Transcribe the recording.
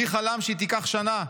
מי חלם שהיא תיקח שנה?